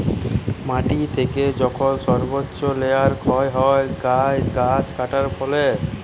মাটি থেকে যখল সর্বচ্চ লেয়ার ক্ষয় হ্যয়ে যায় গাছ কাটার ফলে